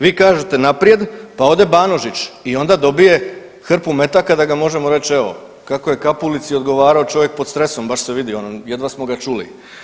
Vi kažete naprijed pa ode Banožić i onda dobije hrpu metaka da ga možemo reći evo kao je Kapulici odgovarao čovjek pod stresom, baš se vidi ono jedva smo ga čuli.